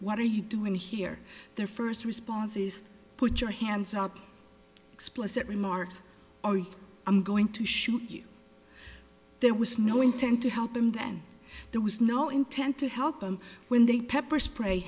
what are you doing here their first response is put your hands out explicit remarks or i'm going to shoot you there was no intent to help them then there was no intent to help them when they pepper spray